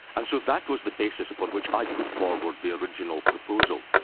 and so that was the basis upon which i put forward the original proposal,